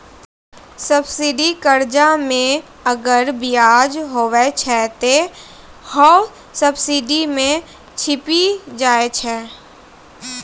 subsidy कर्जा मे अगर बियाज हुवै छै ते हौ सब्सिडी मे छिपी जाय छै